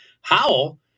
Howell